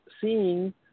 seeing